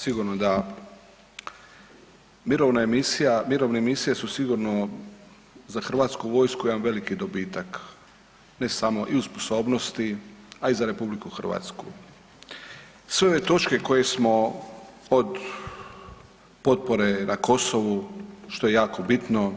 Sigurno da mirovna misija, mirovne misije su sigurno za HV jedan veliki dobitak ne samo i u sposobnosti, a i za RH sve ove točke koje smo od potpore na Kosovu, što je jako bitno